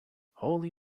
holy